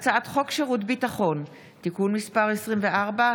הצעת חוק שירות ביטחון (תיקון מס' 24),